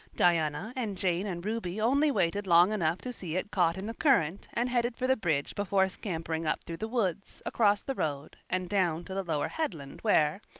diana and jane and ruby only waited long enough to see it caught in the current and headed for the bridge before scampering up through the woods, across the road, and down to the lower headland where,